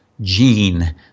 gene